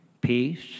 peace